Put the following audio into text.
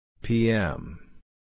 PM